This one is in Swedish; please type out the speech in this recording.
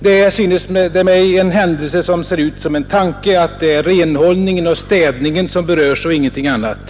Det synes mig vara en händelse som ser ut som en tanke att det är renhållningen och städningen som berörs och ingenting annat.